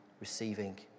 receiving